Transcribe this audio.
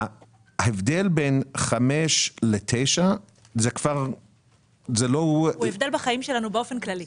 ההבדל בין חמש לתשע --- קרן: הוא הבדל בחיים שלנו באופן כללי.